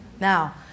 Now